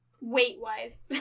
Weight-wise